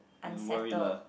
is worried lah